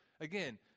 Again